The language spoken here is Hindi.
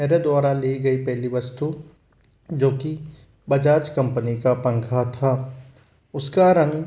मेरे द्वारा ली गई पहली वस्तु जो की बजाज कंपनी का पंखा था उसका रंग